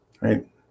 Right